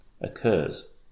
occurs